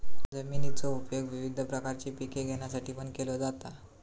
जमिनीचो उपयोग विविध प्रकारची पिके घेण्यासाठीपण केलो जाता